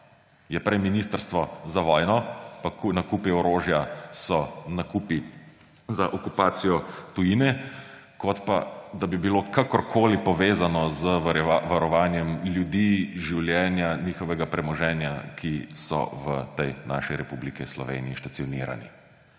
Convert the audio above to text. Je prej ministrstvo za vojno – in nakupi orožja so nakupi za okupacijo tujine − kot pa, da bi bilo kakorkoli povezano z varovanjem ljudi, življenja, njihovega premoženja, ki so v tej naši Republiki Sloveniji stacionirani.